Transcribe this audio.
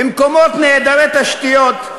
במקומות נעדרי תשתיות.